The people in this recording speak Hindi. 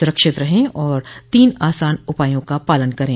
सुरक्षित रहें और तीन आसान उपायों का पालन करें